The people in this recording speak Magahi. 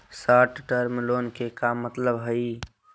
शार्ट टर्म लोन के का मतलब हई?